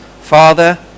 Father